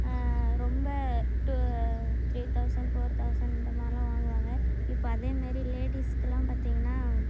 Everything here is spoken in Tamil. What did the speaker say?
ரொம்ப two three thousand four thousand இந்த மாதிரிலாம் வாங்குவாங்க இப்போ அதே மாரி லேடிஸ்கெல்லாம் பார்த்திங்கனா